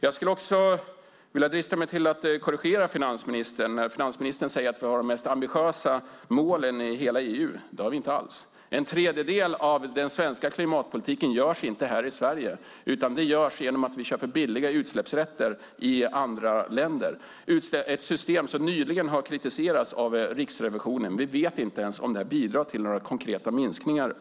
Jag skulle vilja drista mig till att korrigera finansministern när han säger att vi i Sverige har de mest ambitiösa målen i hela EU. Det har vi inte alls! En tredjedel av den svenska klimatpolitiken åstadkoms inte här i Sverige utan genom att vi köper billiga utsläppsrätter i andra länder - ett system som nyligen har kritiserats av Riksrevisionen. Vi vet inte ens om det här över huvud taget bidrar till konkreta minskningar.